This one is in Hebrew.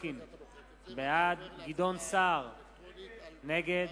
בר-און, בעד אבישי ברוורמן, נגד